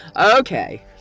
Okay